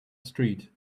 street